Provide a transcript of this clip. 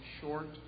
short